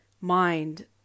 mind